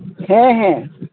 ᱦᱮᱸ ᱦᱮᱸ